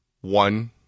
one